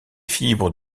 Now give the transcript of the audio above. fibres